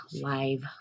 live